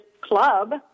club